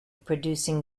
producing